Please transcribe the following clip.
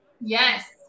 Yes